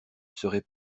serait